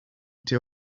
two